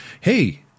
hey